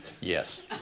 Yes